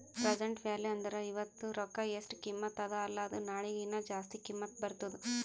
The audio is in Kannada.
ಪ್ರೆಸೆಂಟ್ ವ್ಯಾಲೂ ಅಂದುರ್ ಇವತ್ತ ರೊಕ್ಕಾ ಎಸ್ಟ್ ಕಿಮತ್ತ ಅದ ಅಲ್ಲಾ ಅದು ನಾಳಿಗ ಹೀನಾ ಜಾಸ್ತಿ ಕಿಮ್ಮತ್ ಬರ್ತುದ್